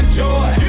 joy